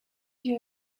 you